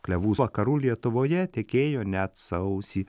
klevų vakarų lietuvoje tekėjo net sausį